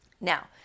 Now